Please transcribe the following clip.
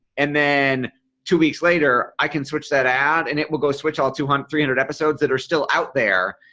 and then two weeks later i can switch that out and it will go switch all two hundred three hundred episodes that are still out there.